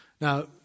Now